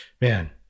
man